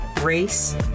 race